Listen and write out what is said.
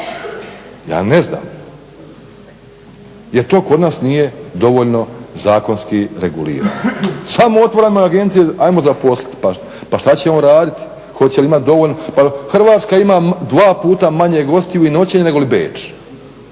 ja ne znam jer to kod nas nije dovoljno zakonski regulirano, samo otvaramo agencije, ajmo zaposliti, pa što će on raditi, hoće li imati dovoljno, pa Hrvatska ima dva puta manje gostiju i noćenja nego li